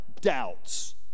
doubts